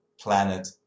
planet